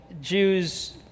jews